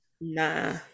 Nah